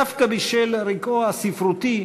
דווקא בשל רקעו הספרותי,